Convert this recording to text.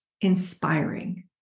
inspiring